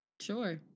Sure